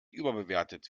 überbewertet